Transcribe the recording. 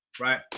right